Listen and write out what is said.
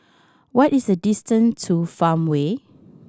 what is the distance to Farmway